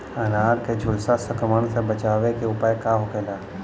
अनार के झुलसा संक्रमण से बचावे के उपाय का होखेला?